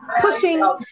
pushing